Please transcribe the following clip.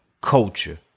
culture